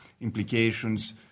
implications